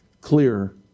clear